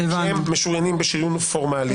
הם משוריינים בשריון פורמלי.